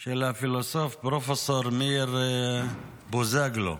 של הפילוסוף מאיר בוזגלו,